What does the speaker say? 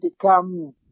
become